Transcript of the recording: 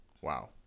wow